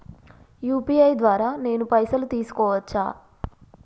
UPI ద్వారా నేను పైసలు తీసుకోవచ్చా?